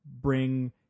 bring